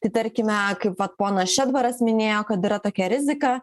tai tarkime kaip vat ponas šedbaras minėjo kad yra tokia rizika